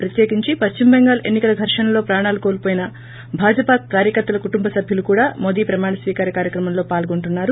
ప్రత్యేకించి పశ్చిమబెంగాల్ ఎన్నికల ఘర్షణల్లో ప్రాణాలు కోల్పోయిన భాజపా కార్యకర్తల కుటుంబ సభ్యులు కూడా మోదీ ప్రమాణస్వకార్ కార్యక్రమంలో పాల్గొంటున్నారు